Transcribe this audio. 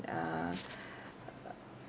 uh